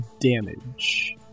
damage